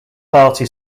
party